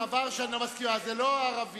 דבר שאני לא מסכים, אבל זה לא הערבים.